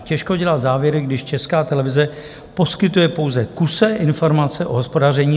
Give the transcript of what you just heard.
Těžko dělat závěry, když Česká televize poskytuje pouze kusé informace o hospodaření.